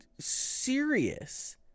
serious